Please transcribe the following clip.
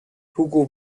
hugo